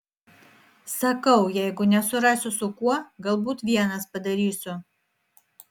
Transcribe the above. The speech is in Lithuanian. sakau jeigu nesurasiu su kuo galbūt vienas padarysiu